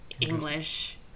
English